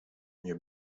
nie